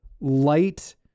light